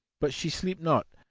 but she sleep not,